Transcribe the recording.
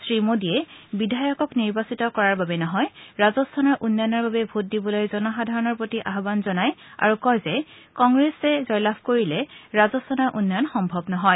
শ্ৰীমোদীয়ে বিধায়কক নিৰ্বাচিত কৰাৰ বাবে নহয় ৰাজস্থানৰ উন্নয়নৰ বাবে ভোট দিবলৈ জনসাধাৰণৰ প্ৰতি আহান জনায় কয় যে কংগ্ৰেছ জয়লাভ কৰিলে ৰাজস্থানৰ উন্নয়ন সম্ভৱ নহয়